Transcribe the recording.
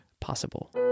possible